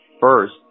first